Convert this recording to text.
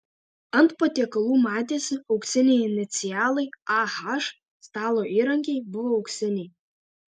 ant patiekalų matėsi auksiniai inicialai ah stalo įrankiai buvo auksiniai